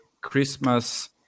Christmas